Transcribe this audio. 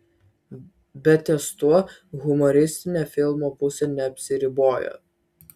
bet ties tuo humoristinė filmo pusė neapsiriboja